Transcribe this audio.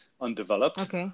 undeveloped